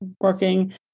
working